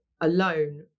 alone